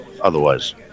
otherwise